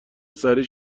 سریع